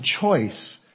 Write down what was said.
choice